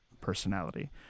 personality